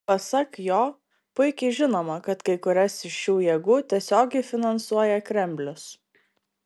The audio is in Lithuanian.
pasak jo puikiai žinoma kad kai kurias iš šių jėgų tiesiogiai finansuoja kremlius